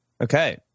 Okay